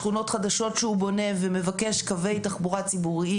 לשכונות חדשות שהוא בונה ומבקש עבורן קווי תחבורה ציבוריים.